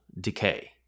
decay